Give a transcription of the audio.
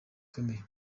ikomeye